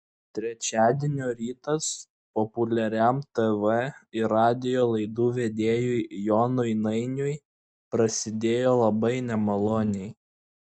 trečiadienio rytas populiariam tv ir radijo laidų vedėjui jonui nainiui prasidėjo labai nemaloniai